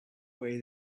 way